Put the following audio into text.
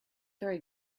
very